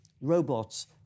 robots